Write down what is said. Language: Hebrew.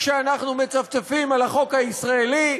כשאנחנו מצפצפים על החוק הישראלי,